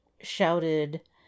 shouted